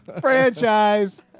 franchise